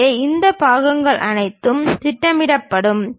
எனவே இந்த பாகங்கள் அனைத்தும் திட்டமிடப்படும்